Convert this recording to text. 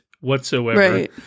whatsoever